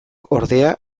ordea